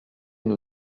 nous